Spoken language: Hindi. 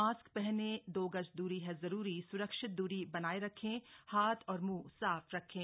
मास्क पहने दो गज दूरी ह जरूरी सुरक्षित दूरी बनाए रखें हाथ और मुंह साफ रखें